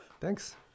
Thanks